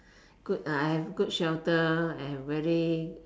good shelter and very